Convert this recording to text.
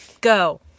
Go